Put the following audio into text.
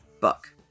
book